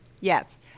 Yes